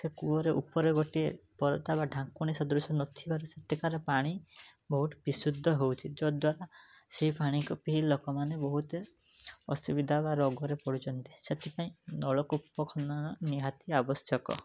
ସେ କୂଅରେ ଉପରେ ଗୋଟିଏ ପରଦା ବା ଢ଼ାଙ୍କୁଣୀ ସଦୃଶ ନଥିବାରୁ ସେଠିକାର ପାଣି ବହୁତ ବିଶୁଦ୍ଧ ହେଉଛି ଯଦ୍ଵାରା ସେଇ ପାଣିକୁ ପିଇ ଲୋକମାନେ ବହୁତ ଅସୁବିଧା ବା ରୋଗରେ ପଡ଼ୁଛନ୍ତି ସେଥିପାଇଁ ନଳକୂପ ଖନନ ନିହାତି ଆବଶ୍ୟକ